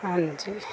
ਹਾਂਜੀ